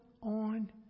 on